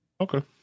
Okay